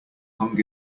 hung